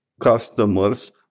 customers